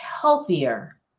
healthier